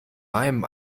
meinem